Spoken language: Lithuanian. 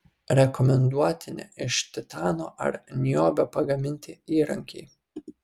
rekomenduotini iš titano ar niobio pagaminti įrankiai